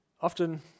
Often